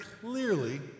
clearly